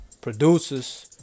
producers